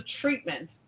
treatment